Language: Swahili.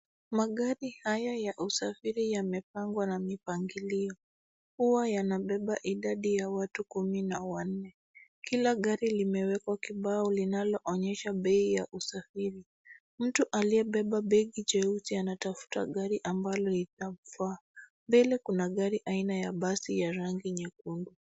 Magari haya ya usafiri yamepangwa na mipangilio. Huwa yanabeba idadi ya watu kumi na wanne. Kila gari limewekwa kibao linaloonyesha bei ya usafiri. Mtu aliyebeba begi jeusi anatafuta gari ambalo inamfaa. Mbele kuna gari aina ya basi ya rangi nyekundu.